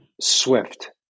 Swift